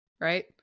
Right